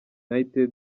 utd